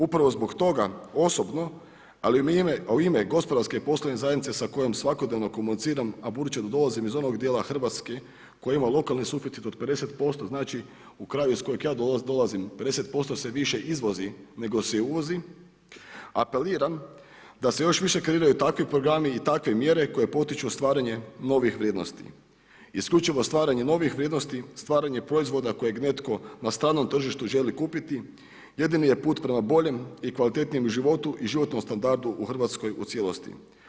Upravo zbog toga osobno, a u ime gospodarske poslovne zajednice sa kojom svakodnevno komuniciram a budući da dolazim iz onog djela Hrvatske koji ima lokalni suficit od 50%, znači u kraju iz kojeg ja dolazim, 50% se više izvozi nego se uvozi, apeliram da se još više kreiraju takvi programi i takve mjere koje potiču stvaranje novih vrijednosti. isključivo stvaranje novih vrijednosti, stvaranje proizvoda kojeg netko na stranom tržištu želi kupiti, jedini je put prema boljem i kvalitetnijem životu i životnom standardu u Hrvatskoj u cijelosti.